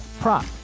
prop